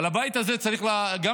אבל הבית הזה גם צריך לדעת: